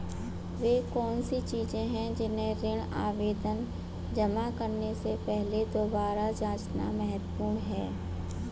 वे कौन सी चीजें हैं जिन्हें ऋण आवेदन जमा करने से पहले दोबारा जांचना महत्वपूर्ण है?